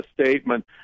statement